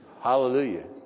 Hallelujah